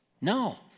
No